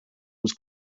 was